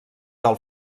del